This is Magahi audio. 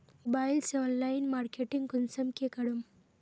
मोबाईल से ऑनलाइन मार्केटिंग कुंसम के करूम?